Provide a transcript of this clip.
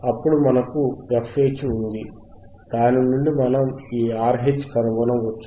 అప్పుడు మనకు fH ఉంది దాని నుండి మనం ఈ RHకనుగొనవచ్చు ను